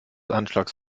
anschlags